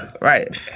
Right